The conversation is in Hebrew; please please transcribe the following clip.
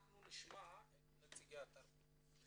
אנחנו נשמע את נציגי משרד התרבות.